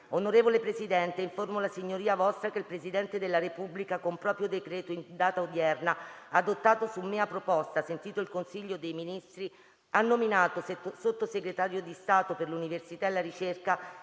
«Onorevole Presidente, informo la Signoria Vostra che il Presidente della Repubblica, con proprio decreto in data odierna, adottato su mia proposta, sentito il Consiglio dei Ministri, ha nominato Sottosegretario di Stato per l'Università e la ricerca